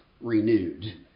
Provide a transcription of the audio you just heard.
renewed